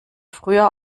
früher